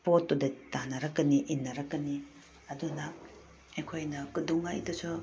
ꯄꯣꯠꯇꯨꯗ ꯇꯥꯟꯅꯔꯛꯀꯅꯤ ꯏꯟꯅꯔꯛꯀꯅꯤ ꯑꯗꯨꯅ ꯑꯩꯈꯣꯏꯅ ꯀꯩꯗꯧꯉꯩꯗꯁꯨ